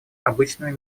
обычными